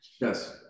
Yes